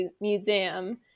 Museum